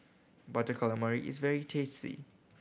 Butter Calamari is very tasty